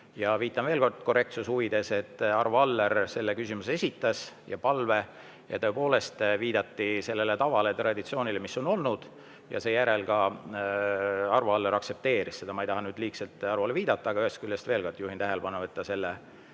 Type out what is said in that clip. Viitan veel kord korrektsuse huvides, et Arvo Aller esitas selle küsimuse ja palve. Tõepoolest viidati sellele tavale, traditsioonile, mis on olnud, ja seejärel ka Arvo Aller aktsepteeris seda. Ma ei taha nüüd liigselt Arvole viidata, aga veel kord juhin tähelepanu, et ta selle